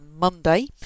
Monday